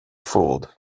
fooled